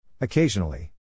Occasionally